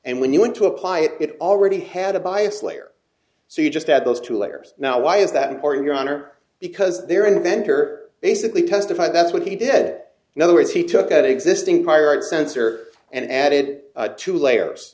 and when you want to apply it it already had a biased layer so you just add those two layers now why is that important your honor because there inventor basically testified that's what he did that in other words he took an existing pirate sensor and added two layers